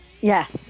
Yes